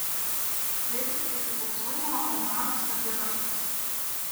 visiškai priklausiau nuo omaro savivalės